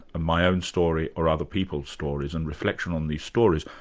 my own story or other people's stories, and reflection on these stories,